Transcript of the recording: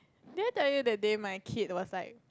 did I tell you that day my kid was like